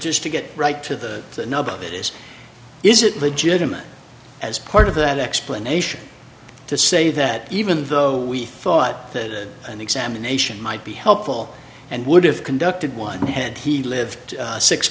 just to get right to the nub of it is is it legitimate as part of that explanation to say that even though we thought that an examination might be helpful and would have conducted one had he lived